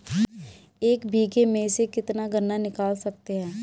एक बीघे में से कितना गन्ना निकाल सकते हैं?